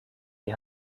die